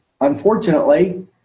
Unfortunately